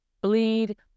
bleed